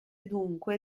dunque